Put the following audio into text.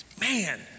man